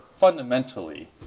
fundamentally